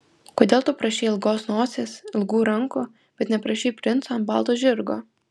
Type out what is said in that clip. kodėl tu prašei ilgos nosies ilgų rankų bet neprašei princo ant balto žirgo